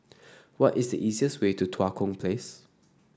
what is the easiest way to Tua Kong Place